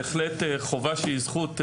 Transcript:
זוהי בהחלט חובה שהיא זכות,